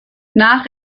nach